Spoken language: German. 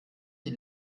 die